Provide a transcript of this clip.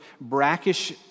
brackish